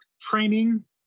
training